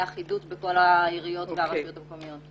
אחידות בכל העיריות והרשויות המקומיות.